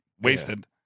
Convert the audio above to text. wasted